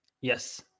Yes